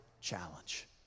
challenge